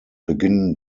beginnen